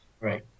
Right